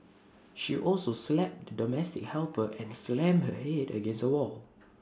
she also slapped the domestic helper and slammed her Head against A wall